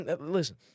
listen